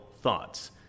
thoughts